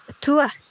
tua